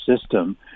system